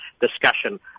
discussion